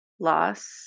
loss